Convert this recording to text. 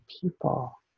people